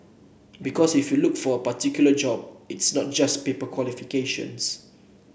because if you look at a particular job it's not just paper qualifications